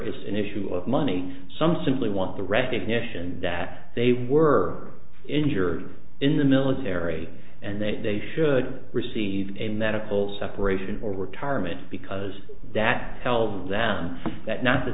it's an issue of money some simply want the recognition that they were injured in the military and they should receive a medical separation for retirement because that helped them down that